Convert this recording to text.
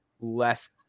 less